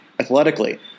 athletically